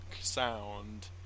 sound